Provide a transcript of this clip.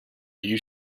you